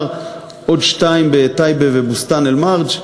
ועוד שתיים בטייבה ובוסתאן-אלמרג'.